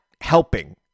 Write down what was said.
helping